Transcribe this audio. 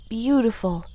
beautiful